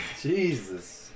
Jesus